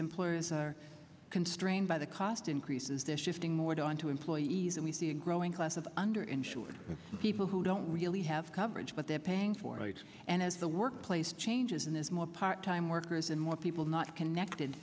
employers are constrained by the cost increases they're shifting more down to employees and we see a growing class of under insured people who don't really have coverage but they're paying for it and as the workplace changes and as more part time workers and more people not connected